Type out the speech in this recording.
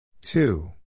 Two